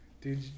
Dude